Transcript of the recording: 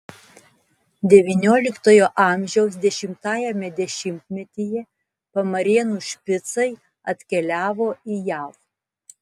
devynioliktojo amžiaus dešimtajame dešimtmetyje pamarėnų špicai atkeliavo į jav